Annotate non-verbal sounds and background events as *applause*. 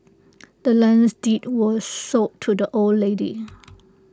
the land's deed was sold to the old lady *noise*